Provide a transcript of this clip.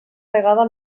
vegada